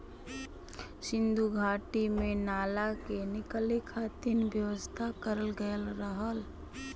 सिन्धु घाटी में नाला के निकले खातिर व्यवस्था करल गयल रहल